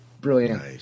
Brilliant